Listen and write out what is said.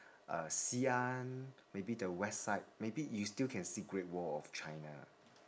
uh xi'an maybe the west side maybe you still can see great wall of china